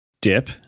dip